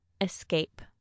escape